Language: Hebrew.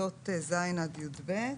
בכיתות ז' עד י"ב,